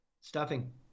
Stuffing